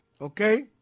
Okay